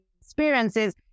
experiences